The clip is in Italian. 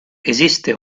esiste